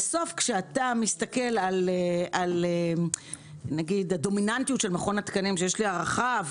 כשאתה מסתכל על הדומיננטיות של מכון התקנים יש לי הערכה אליו,